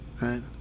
Right